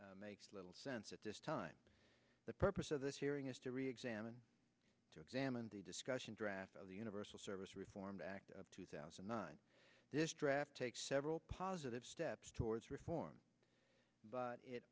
makes little sense at this time the purpose of this hearing is to reexamine to examine the discussion draft of the universal service reform act of two thousand and nine this draft takes several positive steps towards reform but it